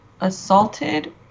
assaulted